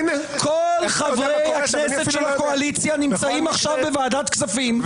כל חברי הכנסת של הקואליציה נמצאים עכשיו בוועדת הכספים,